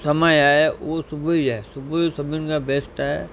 समय आहे उहो सुबुह ई आहे सुबुह जो सभिनि खां बेस्ट आहे